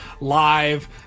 live